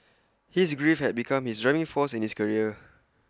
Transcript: his grief had become his driving force in his career